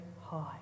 high